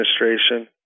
Administration